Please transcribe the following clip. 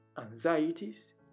anxieties